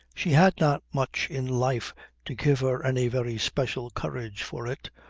she had not much in life to give her any very special courage for it,